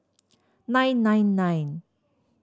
nine nine nine